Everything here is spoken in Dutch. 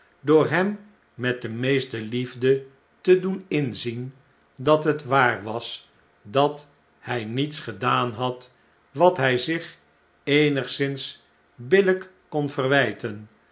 door hem met de meeste liefde te doen inzien dat het waar was dat hij niets gedaan had wat hij zich eenigszins billijk kon verwijten